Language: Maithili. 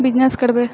बिजनेस करबए